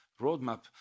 roadmap